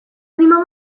prima